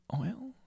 oil